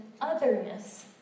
otherness